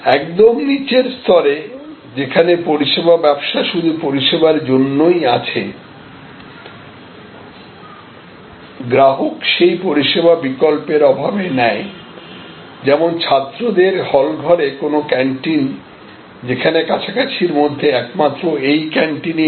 একদম নিচের স্তরে যেখানে পরিষেবা ব্যবসা শুধু পরিষেবার জন্যই আছে গ্রাহক সেই পরিসেবা বিকল্পের অভাবে নেয় যেমন ছাত্রদের হলঘরে কোনো ক্যান্টিন যেখানে কাছাকাছির মধ্যে একমাত্র এই ক্যান্টিনই আছে